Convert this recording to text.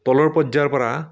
তলৰ পৰ্যায়ৰ পৰা